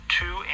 two